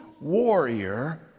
warrior